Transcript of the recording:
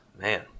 man